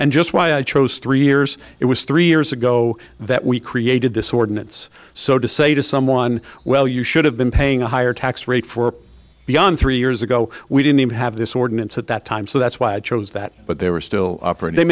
and just why i chose three years it was three years ago that we created this ordinance so to say to someone well you should have been paying a higher tax rate for beyond three years ago we didn't have this ordinance at that time so that's why i chose that but they were still operate they